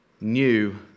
new